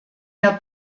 der